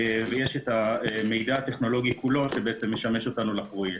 יש את המידע הטכנולוגי כולו שמשמש אותנו לפרויקט.